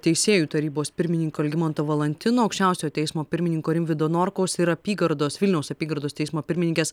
teisėjų tarybos pirmininko algimanto valantino aukščiausio teismo pirmininko rimvydo norkaus ir apygardos vilniaus apygardos teismo pirmininkės